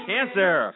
Cancer